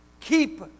Keep